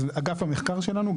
אז אגף המחקר שלנו,